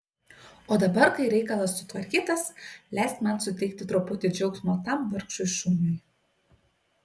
o dabar kai reikalas sutvarkytas leisk man suteikti truputį džiaugsmo tam vargšui šuniui